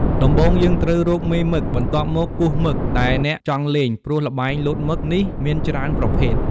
ដំំបូងយើងត្រូវរកមេមឹក បន្ទាប់មកគូសមឹក ដែលអ្នកចង់លេងព្រោះល្បែងលោតមឹកនេះមានច្រើនប្រភេទ។